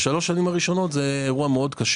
בשלוש השנים הראשונות זה אירוע קשה מאוד.